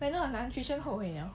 manual 很难后悔 liao